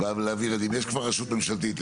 יש כבר רשות ממשלתית,